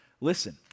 Listen